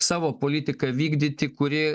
savo politiką vykdyti kuri